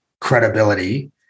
credibility